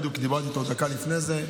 בדיוק דיברתי איתו דקה לפני זה,